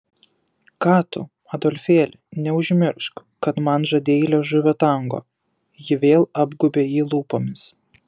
ką tu adolfėli neužmiršk kad man žadėjai liežuvio tango ji vėl apgaubė jį lūpomis